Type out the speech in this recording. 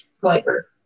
flavor